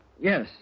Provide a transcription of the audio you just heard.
yes